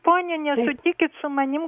ponia nesutikit su manim